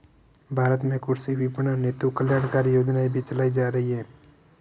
भारत में कृषि विपणन हेतु कल्याणकारी योजनाएं भी चलाई जा रही हैं